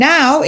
Now